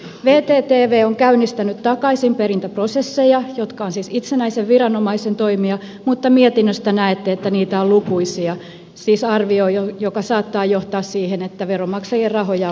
vtv on käynnistänyt takaisinperintäprosesseja jotka ovat siis itsenäisen viranomaisen toimia mutta mietinnöstä näette että niitä on lukuisia siis se on arvio mikä saattaa johtaa siihen että veronmaksajien rahoja on palautettava takaisin